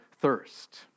thirst